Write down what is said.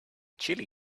chilli